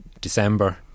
December